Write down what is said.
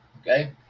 okay